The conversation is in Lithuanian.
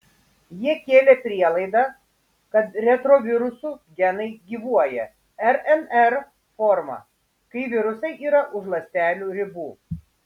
jie kėlė prielaidą kad retrovirusų genai gyvuoja rnr forma kai virusai yra už ląstelių ribų